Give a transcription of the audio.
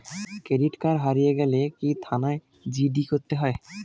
Credit card হারিয়ে গেলে কি থানায় জি.ডি করতে হয়?